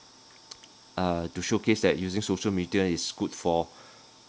uh to showcase that using social media is good for